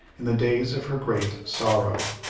in the days of her great sorrow.